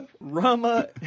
Rama